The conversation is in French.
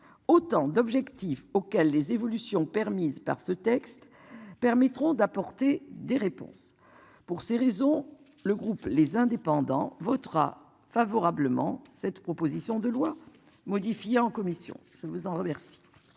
Autant d'objectifs auxquels les évolutions permise par ce texte permettront d'apporter des réponses pour ces raisons le groupe les indépendants votera favorablement cette proposition de loi modifié en commission. Ça ne vous en remercie.